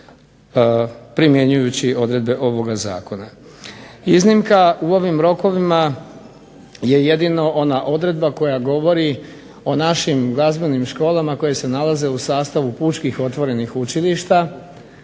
primjenjujući odredbe ovoga zakona. Iznimka u ovim rokovima je jedino ona odredba koja govori o našim glazbenim školama koje se nalaze u sastavu pučkih otvorenih učilišta.